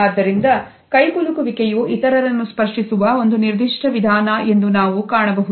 ಆದ್ದರಿಂದ ಕೈಕುಲುಕು ವಿಕೆ ಯು ಇತರರನ್ನು ಸ್ಪರ್ಶಿಸುವ ಒಂದು ನಿರ್ದಿಷ್ಟ ವಿಧಾನ ಎಂದು ನಾವು ಕಾಣಬಹುದು